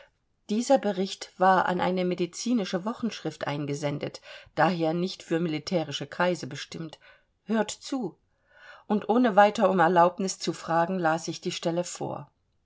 dieser bericht war an eine medizinische wochenschrift eingesendet daher nicht für militärische kreise bestimmt hört zu und ohne weiter um erlaubnis zu fragen las ich die stelle vor